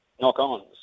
knock-ons